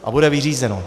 A bude vyřízeno.